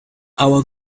our